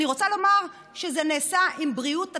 אני רוצה לומר שזה נעשה עם בריאות התלמיד,